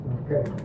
okay